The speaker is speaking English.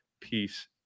Peace